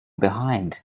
behind